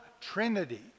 trinity